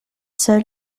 said